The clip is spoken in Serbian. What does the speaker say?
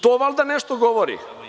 To valjda nešto govori.